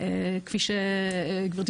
כפי שגברתי